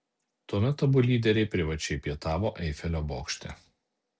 tuomet abu lyderiai privačiai pietavo eifelio bokšte